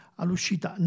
all'uscita